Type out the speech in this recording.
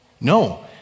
No